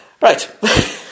right